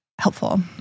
helpful